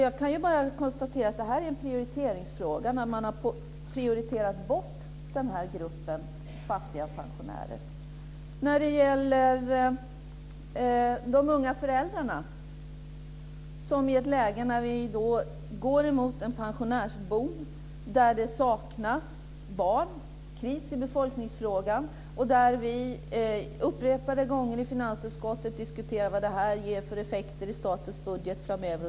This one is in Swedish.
Jag konstaterar bara att man har prioriterat bort gruppen fattiga pensionärer. Utvecklingen går i riktning mot en pensionärsboom. Det saknas barn. Det är kris i befolkningsfrågan. Vi har upprepade gånger diskuterat i finansutskottet vad detta ger för effekter i statens budget framöver.